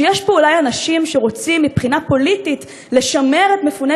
שיש פה אולי אנשים שרוצים מבחינה פוליטית לשמר את מפוני